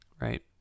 right